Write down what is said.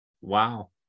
wow